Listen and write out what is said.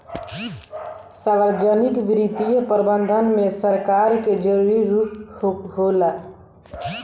सार्वजनिक वित्तीय प्रबंधन में सरकार के जरूरी रूप होला